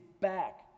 Back